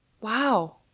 Wow